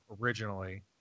originally